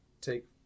take